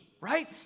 right